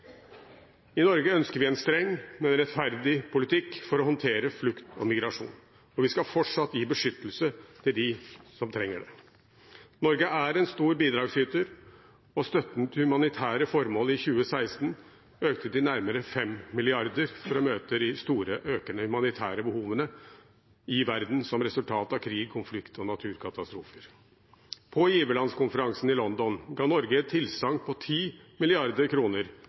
i Middelhavet. I Norge ønsker vi en streng, men rettferdig politikk for å håndtere flukt og migrasjon, og vi skal fortsatt gi beskyttelse til dem som trenger det. Norge er en stor bidragsyter, og støtten til humanitære formål øker i 2016 til nærmere 5 mrd. kr for å møte de store og økende humanitære behovene i verden som er resultat av krig, konflikt og naturkatastrofer. På giverlandskonferansen i London ga Norge et tilsagn